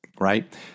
right